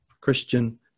Christian